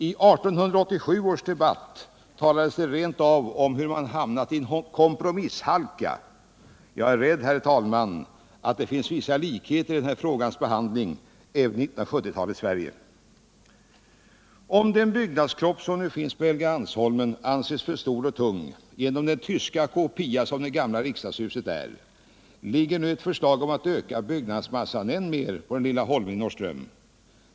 I 1887 års debatt talades det rent av om hur man hamnat i en ”kompromisshalka”. Jag är rädd, herr talman, att det finns vissa likheter i denna frågas behandling mellan vad som hände i slutet av 1800-talet och vad som nu händer i 1970-talets Sverige. Även om den byggnadskropp —-en kopia av det gamla tyska riksdagshuset i Berlin — som finns på Helgeandsholmen anses för stor och tung, föreligger nu ett förslag om att öka byggnadsmassan än mer på den lilla holmen i Norrström.